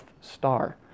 star